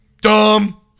dumb